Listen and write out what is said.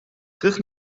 terug